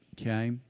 okay